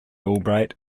albright